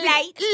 Light